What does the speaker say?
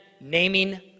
naming